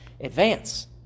advance